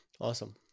awesome